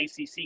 ACC